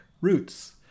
roots